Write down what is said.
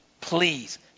Please